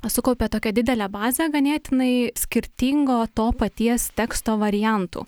sukaupė tokią didelę bazę ganėtinai skirtingo to paties teksto variantų